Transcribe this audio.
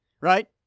right